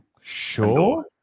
Sure